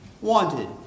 wanted